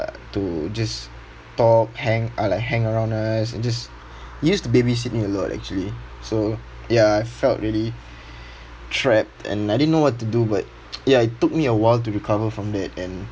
to just talk hang uh like hang around us and just he used to babysit me a lot actually so ya I felt really trapped and I didn't know what to do but ya it took me a while to recover from that and